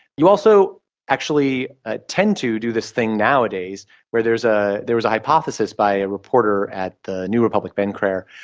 you also actually ah tend to do this thing nowadays where there, ah there was a hypothesis by a reporter at the new republic, ben crair,